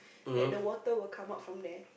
that the water will come out from there